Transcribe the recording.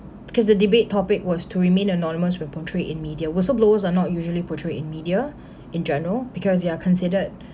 because the debate topic was to remain anonymous when portrayed in media whistle blowers are not usually portrayed in media in general because you are considered